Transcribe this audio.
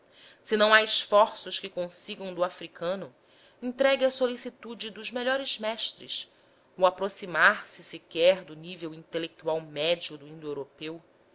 se não há esforços que consigam do africano entregue à solicitude dos melhores mestres o aproximar-se sequer do nível intelectual médio do indo europeu